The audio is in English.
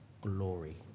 glory